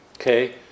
Okay